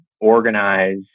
organize